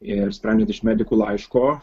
ir sprendžiant iš medikų laiško